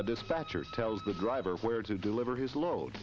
a dispatcher tells the driver where to deliver his load